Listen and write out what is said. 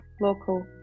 local